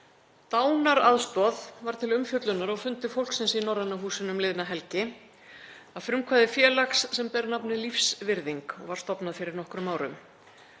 Dánaraðstoð var til umfjöllunar á Fundi fólksins í Norræna húsinu um liðna helgi að frumkvæði félags sem ber nafnið Lífsvirðing og var stofnað fyrir nokkrum árum.